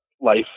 life